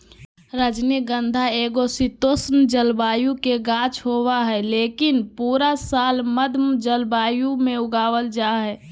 रजनीगंधा एगो शीतोष्ण जलवायु के गाछ होबा हय, लेकिन पूरा साल मध्यम जलवायु मे उगावल जा हय